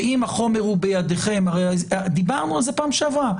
שאם החומר הוא בידיכם הרי דיברנו על זה פעם שעברה.